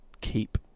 keep